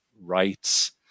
rights